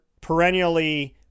perennially